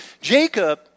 Jacob